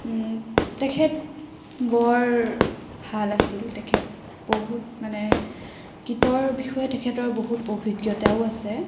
তেখেত বৰ ভাল আছিল তেখেত বহুত মানে গীতৰ বিষয়ে তেখেতৰ বহুত অভিজ্ঞতাও আছে